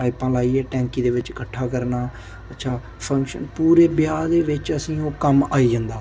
पाइपां लाइयै टैंकी दे बिच्च कट्ठा करना अच्छा फंक्शन पूरे ब्याह् दे बिच्च असें ओह् कम्म आई जंदा